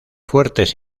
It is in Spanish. fuertes